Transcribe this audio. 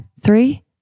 Three